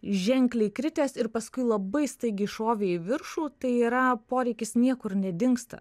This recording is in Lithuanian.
ženkliai kritęs ir paskui labai staigiai šovė į viršų tai yra poreikis niekur nedingsta